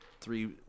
three